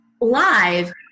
live